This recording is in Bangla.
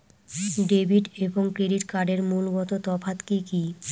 ডেবিট এবং ক্রেডিট কার্ডের মূলগত তফাত কি কী?